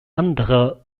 anderer